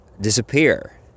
disappear